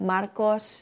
Marcos